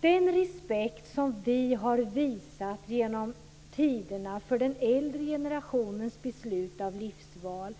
Den respekt som vi genom tiderna har visat för den äldre generationens beslut av livsval